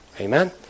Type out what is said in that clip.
Amen